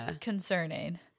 concerning